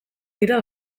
dira